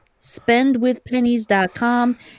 spendwithpennies.com